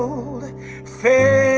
old pharaoh